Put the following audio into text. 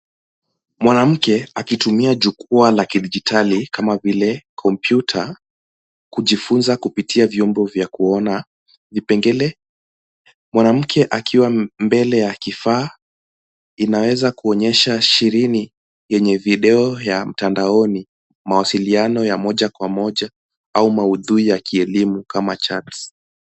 Mwanamke akitumia jukwa la kidijitali kama vile kompyuta kujifunza kupitia vyombo vya kuona. Vipengele, mwanamke akiwa mbele ya kifaa inaweza kuonyesha shirini yenye video ya mtandaoni, mawasiliano ya moja kwa moja au maudhui ya kielimu kama charts .